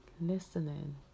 listening